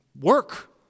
work